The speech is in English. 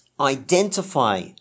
identify